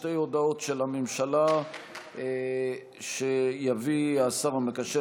שתי הודעות של הממשלה שיביא השר המקשר,